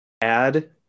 add